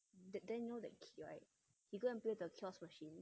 that then you know that kid right he go and play the claws machine